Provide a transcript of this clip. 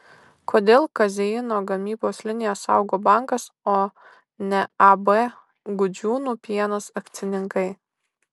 kodėl kazeino gamybos liniją saugo bankas o ne ab gudžiūnų pienas akcininkai